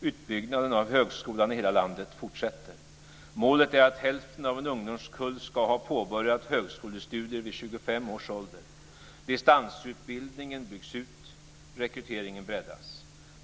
Utbyggnaden av högskolan i hela landet fortsätter. Målet är att hälften av en ungdomskull ska ha påbörjat högskolestudier vid 25 års ålder. Distansutbildningen byggs ut. Rekryteringen breddas.